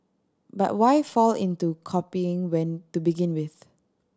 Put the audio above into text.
but why fall into copying when to begin with